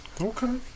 Okay